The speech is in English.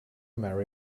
marry